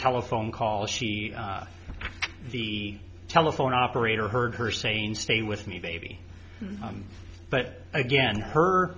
telephone call she the telephone operator heard her saying stay with me baby but again her